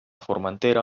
formentera